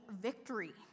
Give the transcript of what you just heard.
victory